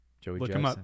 Joey